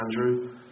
Andrew